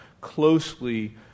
closely